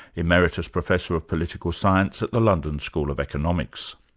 emeritus professor of political science at the london school of economics.